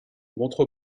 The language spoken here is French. montre